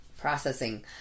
Processing